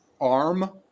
arm